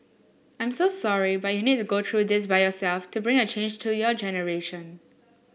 I'm so sorry but you need to go through this by yourself to bring a change to your generation